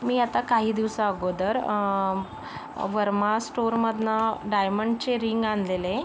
मी आता काही दिवसा अगोदर म वर्मा स्टोरमधनं डायमंडचे रिंग आणलेले